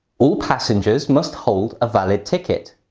all passengers must hold a valid ticket.